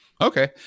Okay